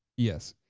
yes.